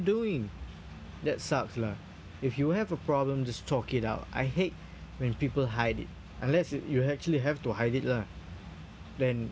doing that sucks lah if you have a problem just talk it out I hate when people hide it unless yo~ you actually have to hide it lah then